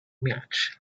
match